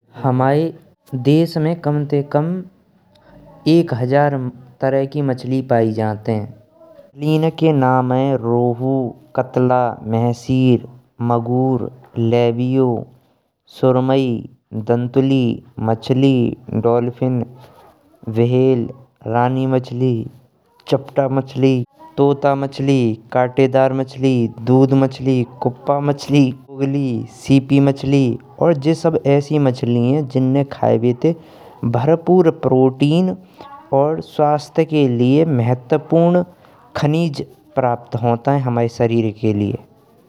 हमाय देश में कम ते कम एक हजार तरह की मछली पाई जात है। इनके नाम हैं रोहु, कतला, महसिर, मगर, लेब्बियो, सुरमई, दांतुली, मछली, डॉल्फिन, व्हेल, एनी मछली, चप्टा मछली। तोता मछली, कटेदार मछली, दूध मछली, कुप्पा मछली, नोगली, सीपी मछली। और जे सब ऐसी मछली है जिन्हें खायेव, ते भरपूर प्रोटिन और स्वास्थ के लिए महत्वपूर्ण खनिज प्राप्त होंतें हमाय शरीर के लिए।